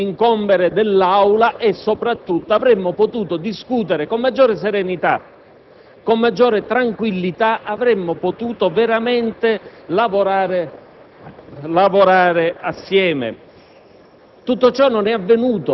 strozzati dall'incombere dell'Aula. Soprattutto, avremmo potuto discutere con maggiore serenità e tranquillità. Avremmo potuto veramente lavorare assieme.